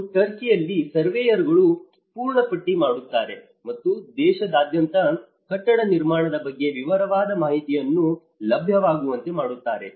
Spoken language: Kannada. ಮತ್ತು ಟರ್ಕಿಯಲ್ಲಿ ಸರ್ವೇಯರ್ಗಳು ಪೂರ್ಣಪಟ್ಟಿ ಮಾಡುತ್ತಾರೆ ಮತ್ತು ದೇಶದಾದ್ಯಂತ ಕಟ್ಟಡ ನಿರ್ಮಾಣದ ಬಗ್ಗೆ ವಿವರವಾದ ಮಾಹಿತಿಯನ್ನು ಲಭ್ಯವಾಗುವಂತೆ ಮಾಡುತ್ತಾರೆ